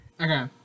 Okay